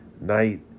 night